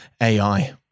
AI